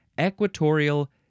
equatorial